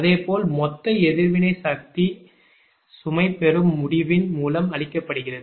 அதேபோல மொத்த எதிர்வினை சக்தி சுமை பெறும் முடிவின் மூலம் அளிக்கப்படுகிறது